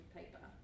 paper